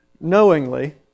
knowingly